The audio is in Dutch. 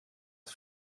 het